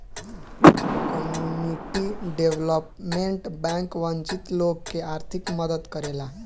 community development bank वंचित लोग के आर्थिक मदद करेला